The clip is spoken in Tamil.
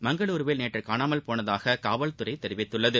மங்களூருவில் நேற்று காணாமல் போனதாக காவல்துறை தெரிவித்துள்ளது